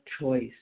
choice